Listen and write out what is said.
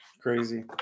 Crazy